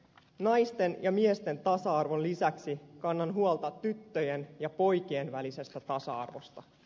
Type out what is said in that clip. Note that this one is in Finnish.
naisten ja miesten tasa arvon lisäksi kannan huolta tyttöjen ja poikien välisestä tasa arvosta